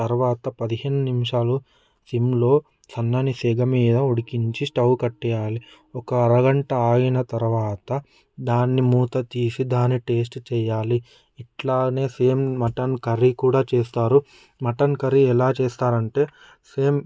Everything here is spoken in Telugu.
తర్వాత పదిహేను నిమిషాలు సిమ్లో సన్నని సెగ మీద ఉడికించి స్టవ్ కట్టేయాలి ఒక అరగంట ఆగిన తర్వాత దాన్ని మూత తీసి దాని టేస్ట్ చేయాలి ఇంట్లానే సేమ్ మటన్ కర్రీ కూడా చేస్తారు మటన్ కర్రీ ఎలా చేస్తారు అంటే